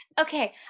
Okay